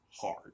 hard